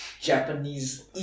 japanese